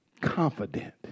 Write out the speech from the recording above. confident